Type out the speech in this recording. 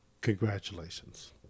congratulations